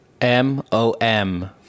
M-O-M